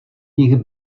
nich